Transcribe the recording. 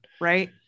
right